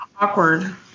awkward